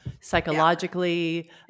psychologically